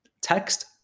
text